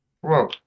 Whoa